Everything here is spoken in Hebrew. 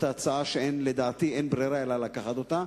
הצעה שלדעתי אין ברירה אלא לקחת אותה,